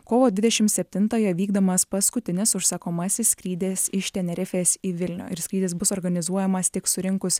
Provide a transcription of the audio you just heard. kovo dvidešimt septintąją vykdomas paskutinis užsakomasis skrydis iš tenerifės į vilnių ir skrydis bus organizuojamas tik surinkus